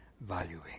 valuing